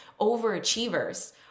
overachievers